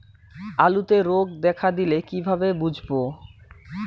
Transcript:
আলুতে রোগ দেখা দিলে কিভাবে বুঝবো?